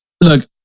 Look